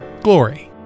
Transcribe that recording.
glory